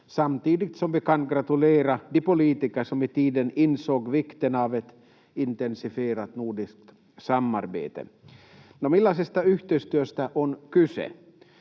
samtidigt som vi kan gratulera de politiker som i tiden insåg vikten av ett intensifierat nordiskt samarbete. No, millaisesta yhteistyöstä on kyse?